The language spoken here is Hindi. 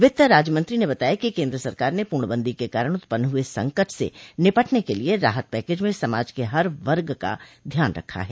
वित्त राज्य मंत्री ने बताया कि केन्द्र सरकार ने पूर्णबंदी के कारण उत्पन्न हुए संकट से निपटने के लिए राहत पैकेज में समाज के हर वर्ग का ध्यान रखा है